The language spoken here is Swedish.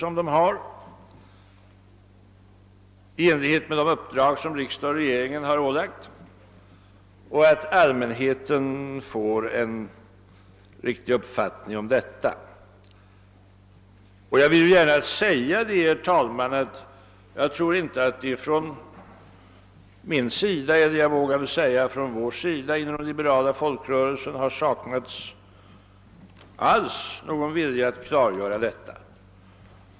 Allmänheten kan därigenom få en riktig uppfattning om polisens samhällsgagnande uppgifter i enlighet med de uppdrag som riksdag och regering har ålagt den. Jag vill gärna säga, herr talman, alt jag tror inte att det från min — eller jag vågar väl säga från vår sida inom den liberala folkrörelsen — har saknats ansträngningar att klargöra detta.